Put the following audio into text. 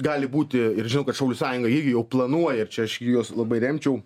gali būti ir žinau kad šaulių sąjunga irgi jau planuoja ir čia aš juos labai remčiau